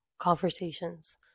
conversations